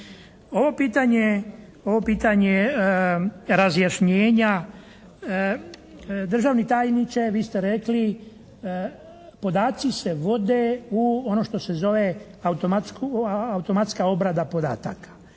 Ovo pitanje razjašnjenja. Državni tajniče vi ste rekli podaci se vode u ono što se zove automatska obrada podataka.